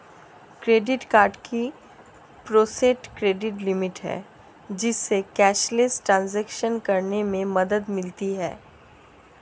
credit card की preset credit limit है, जिससे कैशलेस ट्रांज़ैक्शन करने में मदद मिलती है